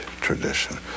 tradition